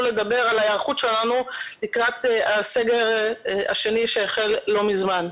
לדבר על ההיערכות שלנו לקראת הסגר השני שהחל לא מזמן.